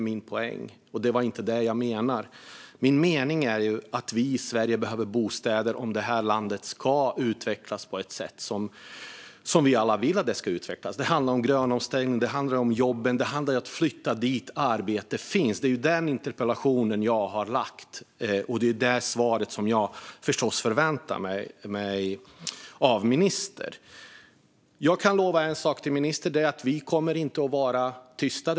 Min mening var inte att raljera, utan min mening var att vi i Sverige behöver bostäder för att det här landet ska utvecklas på det sätt som vi alla vill. Det handlar om grön omställning, om jobb och om att flytta dit där arbete finns. Det är detta jag har ställt en interpellation om, och det är förstås också det jag förväntar mig svar av ministern om. Jag kan lova ministern en sak, och det är att vi inte kommer att vara tysta.